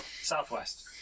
Southwest